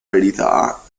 verità